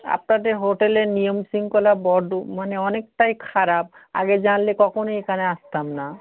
আপনাদের হোটেলের নিয়মশৃঙ্খলা বড্ড মানে অনেকটাই খারাপ আগে জানলে কখনও এখানে আসতাম না